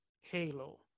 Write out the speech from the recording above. halo